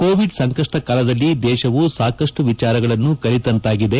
Covid ಸಂಕಷ್ಟ ಕಾಲದಲ್ಲಿ ದೇಶವು ಸಾಕಷ್ಟು ವಿಚಾರಗಳನ್ನು ಕಲಿತಂತಾಗಿದೆ